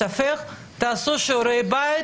תעשו שיעורי בית,